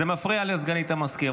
זה מפריע לסגנית המזכיר.